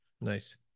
Nice